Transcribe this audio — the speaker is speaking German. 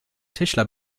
tischler